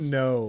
no